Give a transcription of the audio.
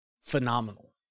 phenomenal